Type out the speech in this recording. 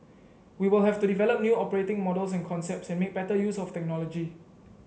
we will have to develop new operating models and concepts and make better use of technology